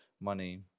money